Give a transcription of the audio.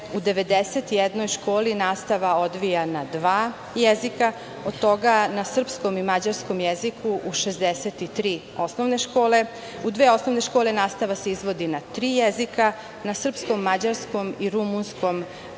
u 91 školi nastava odvija na dva jezika, od toga na srpskom i mađarskom jeziku 63 osnovne škole, u dve osnovne škole nastava se izvodi na tri jezika: srpskom, mađarskom i rumunskom,